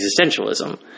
existentialism